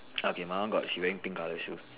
okay my one got she wearing pink colour shoes